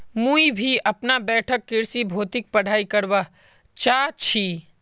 मुई भी अपना बैठक कृषि भौतिकी पढ़ाई करवा चा छी